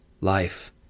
life